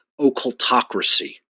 occultocracy